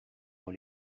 dans